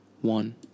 one